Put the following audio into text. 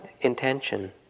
intention